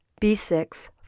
B6